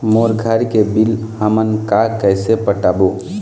मोर घर के बिल हमन का कइसे पटाबो?